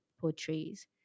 portrays